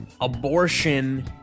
abortion